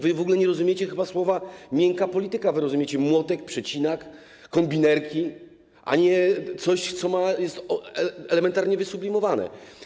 Wy w ogóle nie rozumiecie chyba słów „miękka polityka”, wy rozumiecie słowa „młotek, przecinak, kombinerki”, a nie coś, co jest elementarnie wysublimowane.